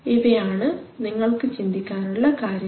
ഇവയാണു നിങ്ങൾക്ക് ചിന്തിക്കാനുള്ള കാര്യങ്ങൾ